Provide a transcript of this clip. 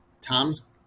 Tom's